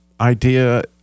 idea